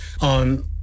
on